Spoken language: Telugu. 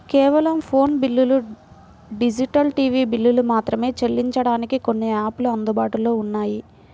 కేవలం ఫోను బిల్లులు, డిజిటల్ టీవీ బిల్లులు మాత్రమే చెల్లించడానికి కొన్ని యాపులు అందుబాటులో ఉన్నాయి